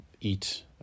eat